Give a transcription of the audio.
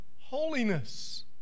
holiness